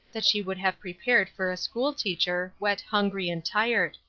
that she could have prepared for a school-teacher, wet, hungry and tired.